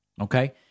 Okay